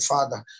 Father